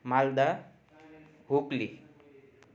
Malda Hooghly